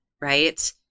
Right